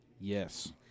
Yes